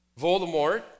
Voldemort